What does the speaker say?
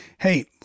hey